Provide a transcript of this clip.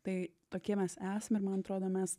tai tokie mes esam ir man atrodo mes